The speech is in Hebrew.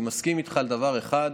אני מסכים איתך בדבר אחד,